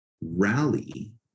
Rally